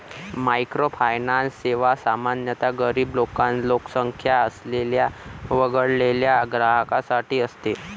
microfinance सेवा सामान्यतः गरीब लोकसंख्या असलेल्या वगळलेल्या ग्राहकांसाठी असते